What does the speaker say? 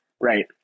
right